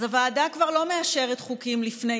אז הוועדה כבר לא מאשרת חוקים לפני,